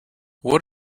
what